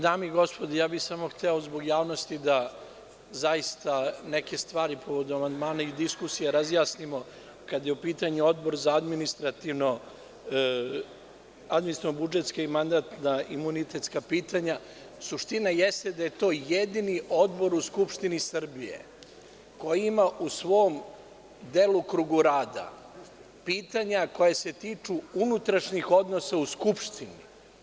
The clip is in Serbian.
Dame i gospodo narodni poslanici, hteo bih samo zbog javnosti da zaista neke stvari povodom amandmana i diskusije razjasnimo, kada je u pitanju Odbor za administrativno-budžetska i mandatno-imunitetska pitanja, suština jeste da je to jedini odbor u Skupštini Srbije koji ima u svom delokrugu rada pitanja koja se tiču unutrašnjih odnosa u Skupštini.